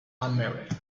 unmarried